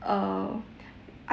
uh I